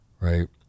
Right